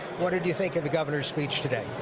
what did you think of the governor's speech today?